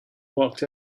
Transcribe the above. walked